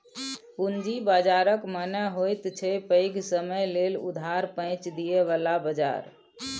पूंजी बाजारक मने होइत छै पैघ समय लेल उधार पैंच दिअ बला बजार